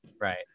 right